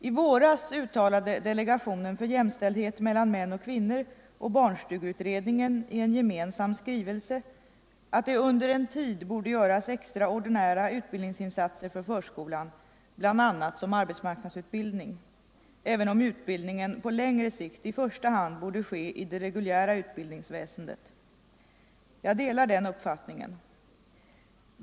I våras uttalade delegationen för jämställdhet mellan män och kvinnor och barnstugeutredningen i en gemensam skrivelse, att det under en tid borde göras extraordinära utbildningsinsatser för förskolan, bl.a. som arbetsmarknadsutbildning, även om utbildningen på längre sikt i första hand borde ske i det reguljära utbildningsväsendet. Jag delar den uppfattningen.